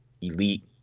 elite